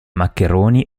maccheroni